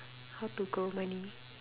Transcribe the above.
how to grow money